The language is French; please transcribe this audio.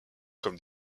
comme